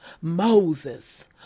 Moses